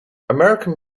american